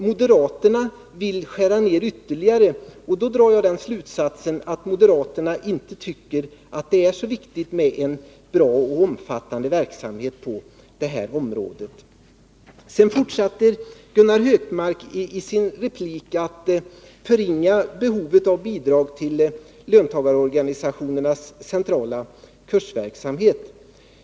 Moderaterna vill skära ner ytterligare, och då drar jag slutsatsen att moderaterna inte tycker att det är så viktigt med en bra och omfattande verksamhet på detta område. Gunnar Hökmark fortsatte i sin replik att förringa behovet av bidrag till löntagarorganisationernas centrala kursverksamhet.